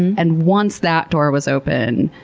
and once that door was open,